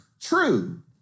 true